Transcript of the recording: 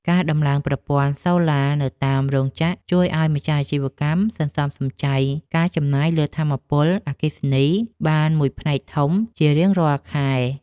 ការដំឡើងប្រព័ន្ធសូឡានៅតាមរោងចក្រជួយឱ្យម្ចាស់អាជីវកម្មសន្សំសំចៃការចំណាយលើថាមពលអគ្គិសនីបានមួយផ្នែកធំជារៀងរាល់ខែ។